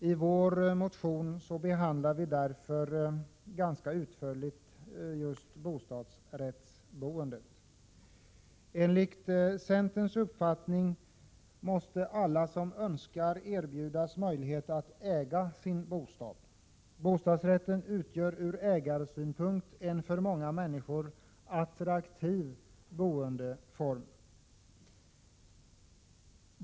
I vår motion behandlar vi därför ganska utförligt just bostadsrättsboendet. Enligt centerns uppfattning måste alla som så önskar erbjudas möjlighet att äga sin bostad. Bostadsrätten utgör ur ägarsynpunkt en för många människor attraktiv boendeform.